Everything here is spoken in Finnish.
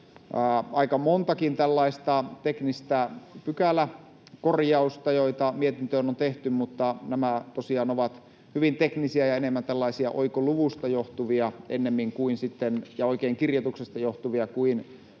aika montakin tällaista teknistä pykäläkorjausta, joita mietintöön on tehty, mutta nämä tosiaan ovat hyvin teknisiä ja ennemmin tällaisia oikoluvusta johtuvia ja oikeinkirjoituksesta johtuvia kuin